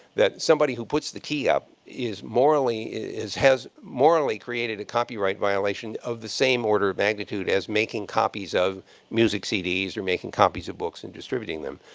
that somebody who puts the key up is morally, has morally created a copyright violation of the same order of magnitude as making copies of music cds or making copies of books and distributing them.